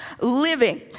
living